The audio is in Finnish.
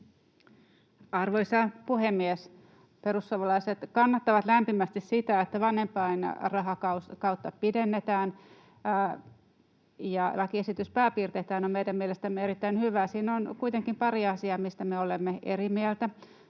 Arvoisa puhemies! Perussuomalaiset kannattavat lämpimästi sitä, että vanhempainrahakautta pidennetään, ja lakiesitys pääpiirteittäin on meidän mielestämme erittäin hyvä. Siinä on kuitenkin pari asiaa, mistä me olemme eri mieltä,